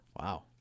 Wow